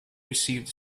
received